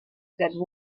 that